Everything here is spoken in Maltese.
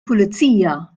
pulizija